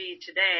Today